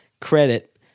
credit